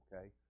okay